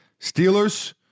Steelers